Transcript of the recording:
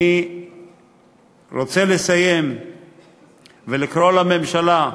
אני רוצה לסיים ולקרוא לממשלה: